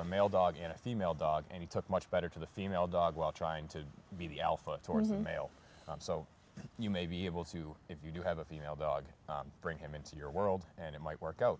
both a male dog in a female dog and he took much better to the female dog while trying to be the alpha towards a male so you may be able to if you do have a female dog bring him into your world and it might work out